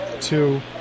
two